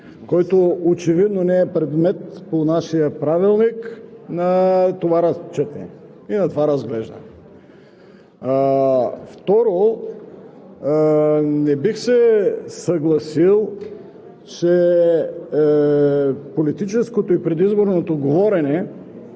който очевидно не е предмет по нашия Правилник на това първо четене и на това разглеждане. Второ, не бих се съгласил, че политическото и предизборното говорене